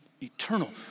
eternal